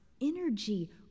energy